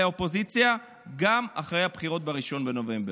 האופוזיציה גם אחרי הבחירות ב-1 בנובמבר.